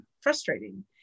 frustrating